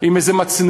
עם איזה מצנחון,